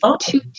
two